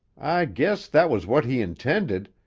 i guess that was what he intended,